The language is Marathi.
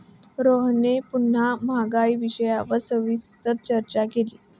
रोहनने पुन्हा महागाई विषयावर सविस्तर चर्चा केली